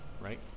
right